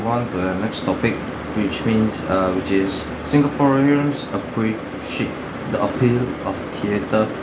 on to the next topic which means err which is singaporeans appreciate the appeal of theatre